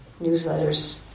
newsletters